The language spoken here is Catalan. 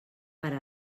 per